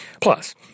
Plus